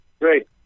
Great